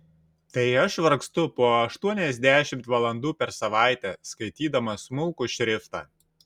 tai aš vargstu po aštuoniasdešimt valandų per savaitę skaitydama smulkų šriftą